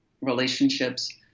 relationships